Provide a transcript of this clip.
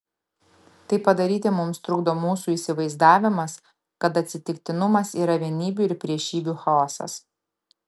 tai padaryti mums trukdo mūsų įsivaizdavimas kad atsitiktinumas yra vienybių ir priešybių chaosas